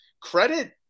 credit